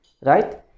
right